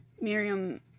Miriam